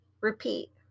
repeat